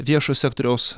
viešo sektoriaus